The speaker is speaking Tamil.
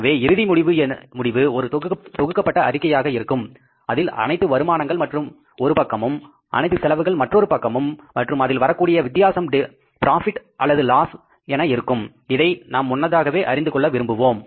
எனவே இறுதி முடிவு ஒரு தொகுக்கப்பட்ட அறிக்கையாக இருக்கும் அதில் அனைத்து வருமானங்கள் ஒரு பக்கமும் அனைத்து செலவுகள் மற்றொரு பக்கமும் மற்றும் அதில் வரக்கூடிய வித்தியாசம் பிராபிட் அல்லது லாஸ் ஆக இருக்கும் இதை நாம் முன்னதாகவே அறிந்து கொள்ள விரும்புவோம்